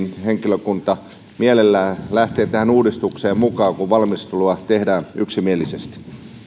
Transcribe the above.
henkilökunta mielellään lähtee tähän uudistukseen mukaan kun valmistelua tehdään yksimielisesti